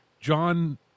John